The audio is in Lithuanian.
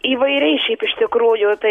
įvairiai šiaip iš tikrųjų tai